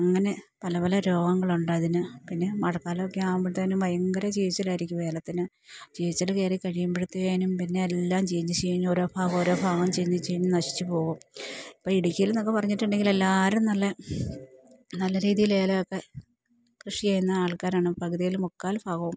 അങ്ങനെ പല പല രോഗങ്ങളുണ്ടതിന് പിന്നെ മഴക്കാലം ഒക്കെയാവുമ്പോഴത്തേനും ഭയങ്കര ചീച്ചിലായിരിക്കും ഏലത്തിന് ചീച്ചിൽ കയറി കഴിയുമ്പോഴ്ത്തേനും പിന്നെ എല്ലാം ചീഞ്ഞ് ചീഞ്ഞ് ഓരോ ഭാഗവും ഓരോ ഭാഗവും ചീഞ്ഞ് ചീഞ്ഞ് നശിച്ച് പോകും ഇപ്പം ഇടുക്കിയിൽനിന്നൊക്കെ പറഞ്ഞിട്ടുണ്ടെങ്കിൽ എല്ലാവരും നല്ല നല്ല രീതിയിൽ ഏലം ഒക്കെ കൃഷി ചെയ്യുന്ന ആൾക്കാരാണ് പകുതിയിൽ മുക്കാൽ ഭാഗവും